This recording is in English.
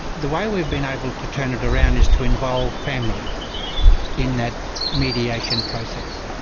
the way we've been able to turn it around is to involve family in that mediation process.